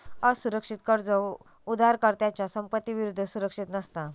असुरक्षित कर्ज उधारकर्त्याच्या संपत्ती विरुद्ध सुरक्षित नसता